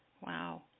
Wow